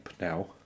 now